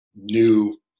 new